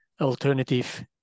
alternative